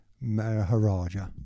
maharaja